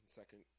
second